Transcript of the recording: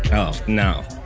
oh, no